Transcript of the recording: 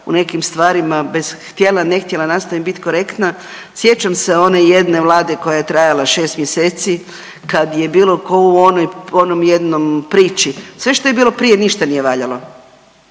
u nekim stvarima bez htjela, ne htjela nastojim bit korektna sjećam se one jedne Vlade koja je trajala šest mjeseci kad je bilo ko u onoj jednoj priči. Sve što je bilo prije ništa nije valjalo,